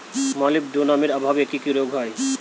মলিবডোনামের অভাবে কি কি রোগ হয়?